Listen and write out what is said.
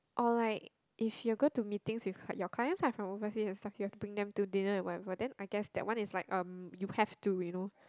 or like if you're going to meetings with your clients ah from overseas and stuff you have to bring them to dinner and whatever then I guess that one is like um you have to you know